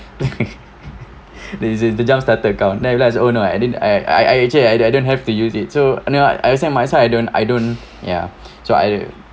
the just the jump started account then I realised oh no I didn't I I I actually I didn't didn't have to use it so you know I on my side I don't I don't ya so I